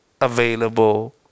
available